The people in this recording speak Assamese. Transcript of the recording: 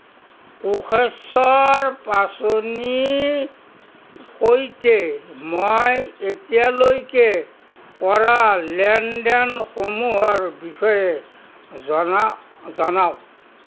কোষেশ্বৰ পাছনিৰ সৈতে মই এতিয়ালৈকে কৰা লেনদেনসমূহৰ বিষয়ে জনা জনাওক